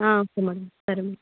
okay madam సరే madam